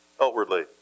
outwardly